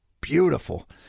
beautiful